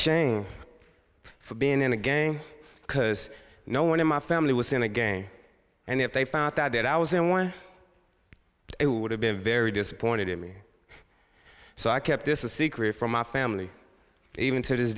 ashamed for being in a gang because no one in my family was in again and if they found out that i was in one would have been very disappointed in me so i kept this a secret from my family even to